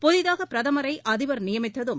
புதிதாக பிரதமரை அதிபர் நியமித்ததும்